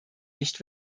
nicht